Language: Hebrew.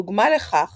דוגמה לכך